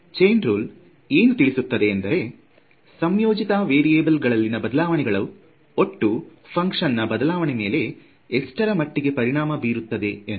chain rule ಏನು ತಿಳುಸುತ್ತದೆ ಎಂದರೆ ಸಂಯೋಜಿತ ವೇರಿಯೆಬಲ್ ಗಳಲ್ಲೀನ ಬದಲಾವಣೆಗಳು ಒಟ್ಟು ಫುನಕ್ಷನ್ ನಾ ಬದಲಾವಣೆ ಮೇಲೆ ಎಷ್ಟರ ಮಟ್ಟಿಗೆ ಪರಿಣಾಮ ಬಿರುತ್ತದೆ ಎಂದು